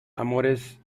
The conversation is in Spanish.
amores